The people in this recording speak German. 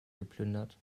geplündert